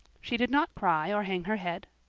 she did not cry or hang her head.